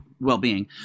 well-being